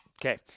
Okay